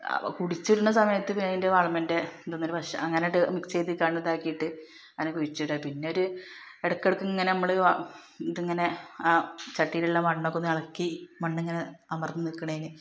അപ്പോൾ കുഴിച്ചിടണ സമയത്ത് അതിൻ്റെ വളത്തിൻ്റെ അങ്ങനെ മിക്സ് ചെയ്ത്കാണ്ട് ഇതാക്കിയിട്ട് അതിനെ കുഴിച്ചിടാം പിന്നൊരു ഇടയ്ക്കിടയ്ക്ക് ഇങ്ങനെ നമ്മൾ ഇത് ഇങ്ങനെ ആ ചട്ടിയിലുള്ള മണ്ണൊക്കെയൊന്ന് ഇളക്കി അമർന്നുനിൽക്കണേന്